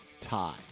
tie